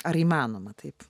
ar įmanoma taip